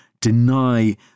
deny